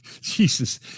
Jesus